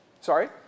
Sorry